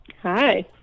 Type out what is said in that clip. Hi